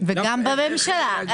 וגם בממשלה.